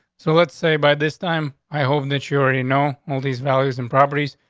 so let's say, by this time i hope that you already know all these values and properties,